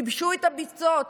הם ייבשו את הביצות,